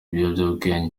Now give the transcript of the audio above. ibiyobyabwenge